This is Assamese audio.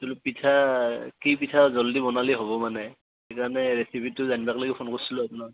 পিঠা কি পিঠা জলদি বনালে হবো মানে সেইকাৰণে ৰেছিপিটো জানবাক লেগি ফোন কৰিছিলোঁ আপোনাক